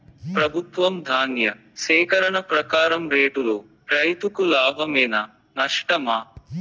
ప్రభుత్వం ధాన్య సేకరణ ప్రకారం రేటులో రైతుకు లాభమేనా నష్టమా?